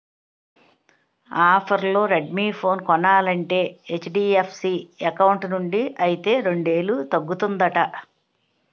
ఆఫర్లో Redmi phone కొనాలంటే HDFC account నుండి అయితే రెండేలు తగ్గుతుందట